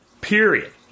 Period